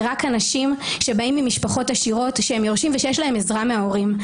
רק אנשים שבאים ממשפחות עשירות שהם יורשים ושיש להם עזרה מההורים.